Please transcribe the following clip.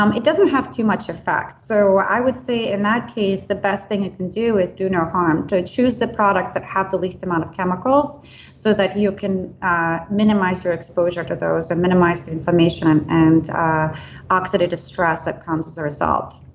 um it doesn't have too much effect. so i would say, in that case, the best thing you can do is do no harm, to choose the products that have the least amount of chemicals so that you can ah minimize your exposure to those and minimize the inflammation and oxidative stress that comes as a result.